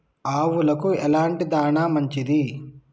ఆవులకు ఎలాంటి దాణా మంచిది?